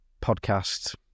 podcast